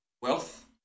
wealth